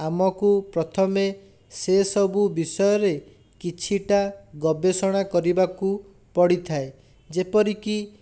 ଆମକୁ ପ୍ରଥମେ ସେସବୁ ବିଷୟରେ କିଛିଟା ଗବେଷଣା କରିବାକୁ ପଡ଼ିଥାଏ ଯେପରିକି